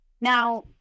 Now